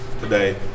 today